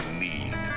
need